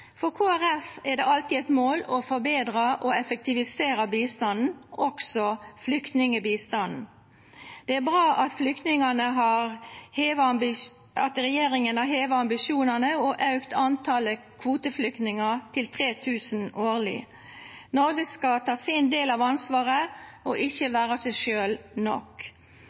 er det alltid et mål å forbedre og effektivisere bistanden, også flyktningbistanden. Det er bra at regjeringen har hevet ambisjonene og økt antall kvoteflyktninger til 3 000 årlig. Norge skal ta sin del av ansvaret og ikke være seg selv nok.